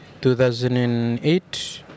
2008